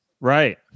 Right